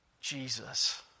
Jesus